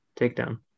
takedown